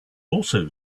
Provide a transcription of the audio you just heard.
also